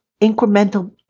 incremental